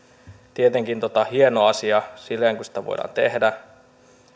tietenkin hieno asia sillä lailla kuin sitä voidaan tehdä